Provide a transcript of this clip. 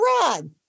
rod